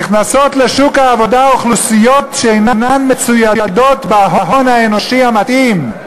נכנסות לשוק העבודה אוכלוסיות שאינן מצוידות בהון האנושי המתאים.